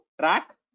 track